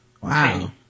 wow